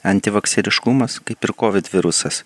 antivakseriškumas kaip ir kovid virusas